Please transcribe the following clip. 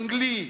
אנגלי,